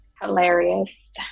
Hilarious